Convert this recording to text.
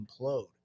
implode